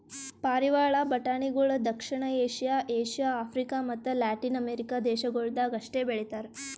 ಪಾರಿವಾಳ ಬಟಾಣಿಗೊಳ್ ದಕ್ಷಿಣ ಏಷ್ಯಾ, ಏಷ್ಯಾ, ಆಫ್ರಿಕ ಮತ್ತ ಲ್ಯಾಟಿನ್ ಅಮೆರಿಕ ದೇಶಗೊಳ್ದಾಗ್ ಅಷ್ಟೆ ಬೆಳಿತಾರ್